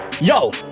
Yo